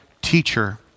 teacher